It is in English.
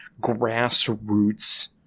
grassroots